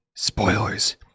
spoilers